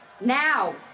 Now